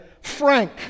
Frank